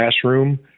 classroom